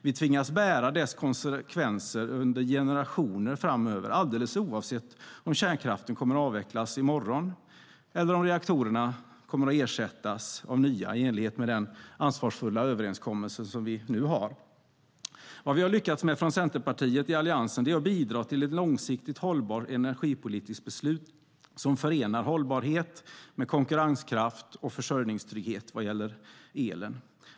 Vi tvingas bära dess konsekvenser under generationer framöver, alldeles oavsett om kärnkraften kommer att avvecklas i morgon eller om reaktorerna kommer att ersättas av nya i enlighet med den ansvarfulla överenskommelse som vi nu har. Vad vi har lyckats med från Centerpartiet i Alliansen är att bidra till ett långsiktigt hållbart energipolitiskt beslut som förenar hållbarhet med konkurrenskraft och försörjningstrygghet vad gäller elen.